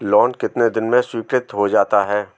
Loan कितने दिन में स्वीकृत हो जाता है?